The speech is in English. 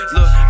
Look